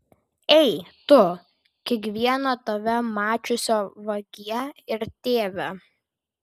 ei tu kiekvieno tave mačiusio vagie ir tėve